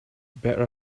better